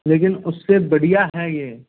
लेकिन उससे बढ़िया है ये